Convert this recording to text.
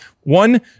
One